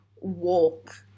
walk